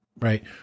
right